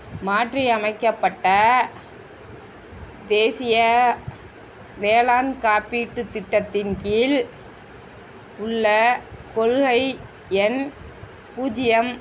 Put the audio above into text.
மாற்றி அமைக்கப்பட்ட தேசிய வேளாண் காப்பீட்டுத் திட்டத்தின் கீழ் உள்ள கொள்கை எண் பூஜ்ஜியம்